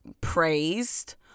praised